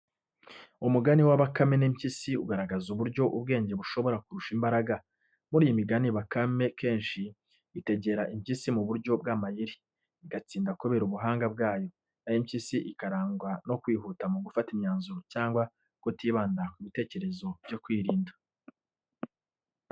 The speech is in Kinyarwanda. Umugani wa Bakame n’Impyisi ugaragaza uburyo ubwenge bushobora kurusha imbaraga. Muri iyi migani, Bakame kenshi itegera Impyisi mu buryo bw’amayeri, igatsinda kubera ubuhanga bwayo, naho Impyisi ikarangwa no kwihuta mu gufata imyanzuro cyangwa kutibanda ku bitekerezo byo kwirinda.